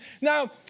now